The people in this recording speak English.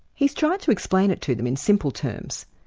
he's tried to explain it to them in simple terms,